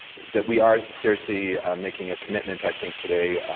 that we are seriously making a commitment i think today,